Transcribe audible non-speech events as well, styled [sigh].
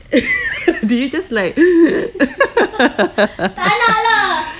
[laughs] do you just like [noise] [laughs]